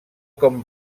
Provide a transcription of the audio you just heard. com